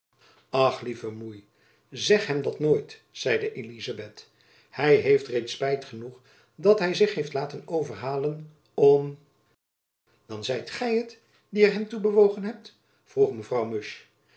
ach lieve moei zeg hem dat nooit zeide elizabeth hy heeft reeds spijt genoeg dat hy zich heeft laten overhalen om dan zijt gy het die er hem toe bewogen hebt vroeg